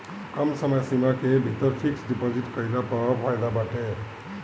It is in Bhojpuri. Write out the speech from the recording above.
कम समय सीमा के भीतर फिक्स डिपाजिट कईला पअ फायदा बाटे